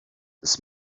this